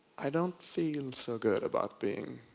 i don't feel so good about being,